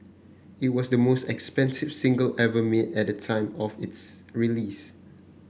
it was the most expensive single ever made at the time of its release